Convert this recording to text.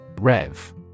Rev